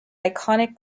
iconic